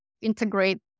integrate